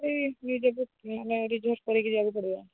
ଏଇ ମାନେ ରିଜର୍ଭ କରିକି ଯିବାକୁ ପଡ଼ିବ